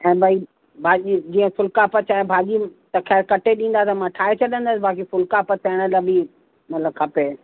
ऐं भई भाॼी जीअं फ़ुल्का पचाए भाॼी त खैर कटे ॾींदा त मां ठाहे छॾंदसि बाकी फुल्का पचाइण लाइ ॿी मतिलबु खपे